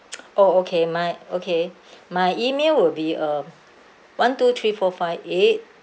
oh okay my okay my email will be uh one two three four five eight